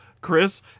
Chris